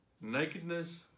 Nakedness